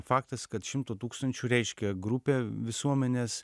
faktas kad šimto tūkstančių reiškia grupę visuomenės